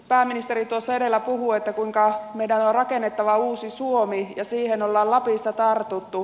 pääministeri tuossa edellä puhui kuinka meidän on rakennettava uusi suomi ja siihen on lapissa tartuttu